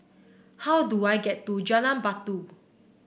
how do I get to Jalan Batu